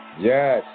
Yes